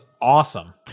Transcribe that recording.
awesome